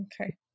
Okay